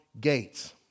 gates